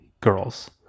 girls